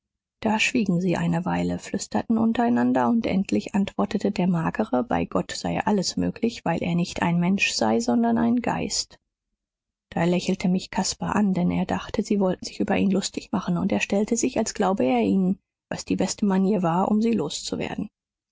da schwiegen sie eine weile flüsterten untereinander und endlich antwortete der magere bei gott sei alles möglich weil er nicht ein mensch sei sondern ein geist da lächelte mich caspar an denn er dachte sie wollten sich über ihn lustig machen und er stellte sich als glaube er ihnen was die beste manier war um sie